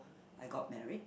I got married